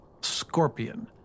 scorpion